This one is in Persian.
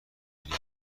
میرین